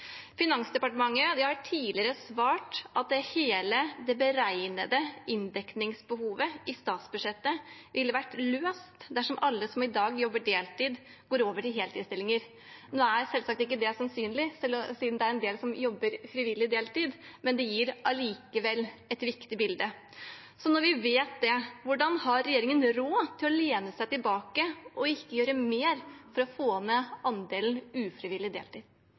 Finansdepartementet har tidligere svart at hele det beregnede inndekningsbehovet i statsbudsjettet ville vært løst dersom alle som i dag jobber deltid, gikk over til heltidsstillinger. Nå er selvfølgelig ikke det sannsynlig, siden det er en del som jobber frivillig deltid, men det gir likevel et riktig bilde. Når vi vet dette – hvordan har regjeringen råd til å lene seg tilbake og ikke gjøre mer for å få ned andelen ufrivillig deltid?